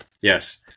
Yes